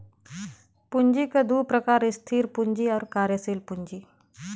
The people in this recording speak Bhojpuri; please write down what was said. पूँजी क दू प्रकार स्थिर पूँजी आउर कार्यशील पूँजी